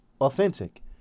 authentic